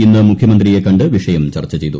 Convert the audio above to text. ഇന്ന് മുഖ്യമന്ത്രിയെ കണ്ട് വിഷയം ചർച്ച ചെയ്തു